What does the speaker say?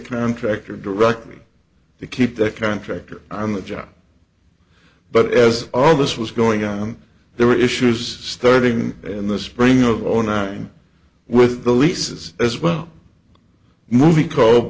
contractor directly to keep that contractor on the job but as all this was going on there were issues starting in the spring of zero nine with the leases as well movie called